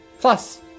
Plus